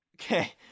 Okay